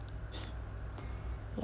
ya